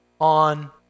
on